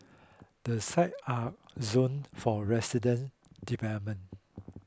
the site are zoned for resident development